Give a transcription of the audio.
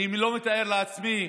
אני לא מתאר לעצמי,